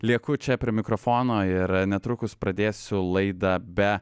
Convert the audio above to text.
lieku čia prie mikrofono ir netrukus pradėsiu laidą be